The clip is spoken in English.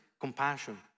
compassion